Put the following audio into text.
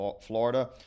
Florida